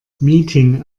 meeting